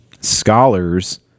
scholars